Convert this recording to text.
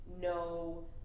no